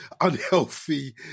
unhealthy